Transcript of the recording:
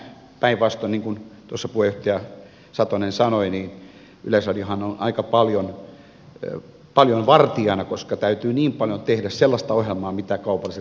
päinvastoin kun tuossa puheenjohtaja satonen sanoi niin yleisradiohan on aika paljon vartijana koska täytyy niin paljon tehdä sellaista ohjelmaa mitä kaupalliset kanavat eivät tee